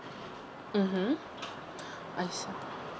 mmhmm I see